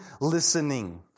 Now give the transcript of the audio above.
listening